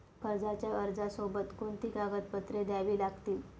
कर्जाच्या अर्जासोबत कोणती कागदपत्रे द्यावी लागतील?